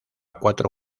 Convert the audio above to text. cuatro